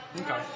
Okay